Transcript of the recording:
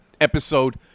episode